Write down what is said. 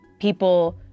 people